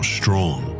strong